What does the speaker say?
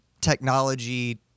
technology